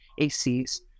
ACs